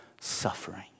suffering